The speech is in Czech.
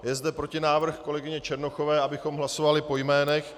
Je zde protinávrh kolegyně Černochové, abychom hlasovali po jménech.